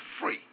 free